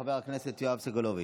חבר הכנסת יואב סגלוביץ'.